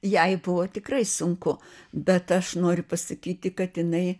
jai buvo tikrai sunku bet aš noriu pasakyti kad jinai